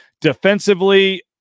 defensively